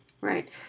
Right